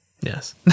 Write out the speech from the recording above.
Yes